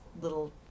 little